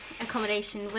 accommodation